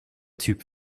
typ